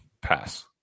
pass